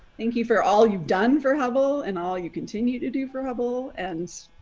thank you for all you've done for hubble and all you continue to do for hubble and.